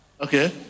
Okay